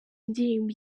indirimbo